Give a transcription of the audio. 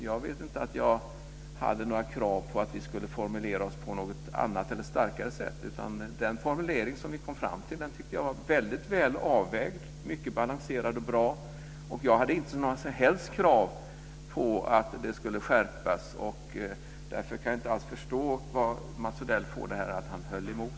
Jag kommer inte ihåg att jag hade några krav på att vi skulle formulera oss på något annat eller starkare sätt, utan den formulering som vi kom fram till tycker jag är väldigt väl avvägd. Den är mycket balanserad och bra, och jag hade inte några som helst krav på att den skulle skärpas. Därför kan jag inte alls förstå varifrån Mats Odell får detta att han höll emot.